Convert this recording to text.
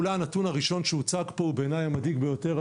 והיא אולי הנתון שהוצג פה והוא אולי הנתון המדאיג ביותר: